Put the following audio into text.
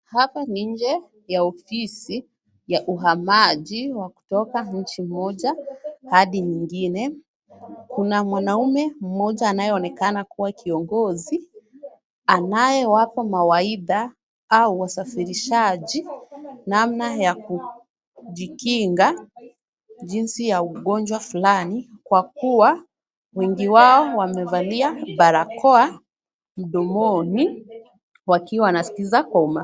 Hapa ni nje ya ofisi ya uhamaji wa kutoka nchi moja hadi nyingine. Kuna mwanaume mmoja anayeonekana kuwa kiongozi anayewapa mawaidha hawa wasafirishaji namna ya kujikinga jinsi ya ugonjwa fulani kwa kuwa wengi wao wamevalia barakoa mdomoni wakiwa wanaskiza kwa umakini.